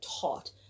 taught